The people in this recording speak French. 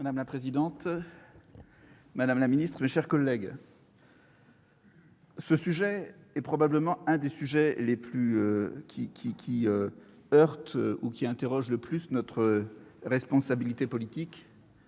Madame la présidente, madame la ministre, mes chers collègues, voilà probablement l'un des sujets qui heurtent ou interrogent le plus notre responsabilité politique,